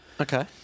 Okay